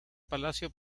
palacio